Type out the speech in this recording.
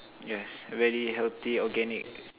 yes very healthy organic